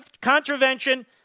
contravention